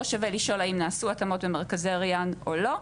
פה שווה לשאול האם נעשו התאמות במרכזי ריאן או לא.